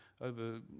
over